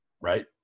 Right